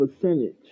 percentage